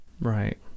Right